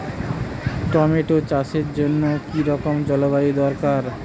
Tomato চাষের জন্য কি রকম জলবায়ু দরকার?